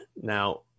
Now